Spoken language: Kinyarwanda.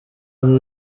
hari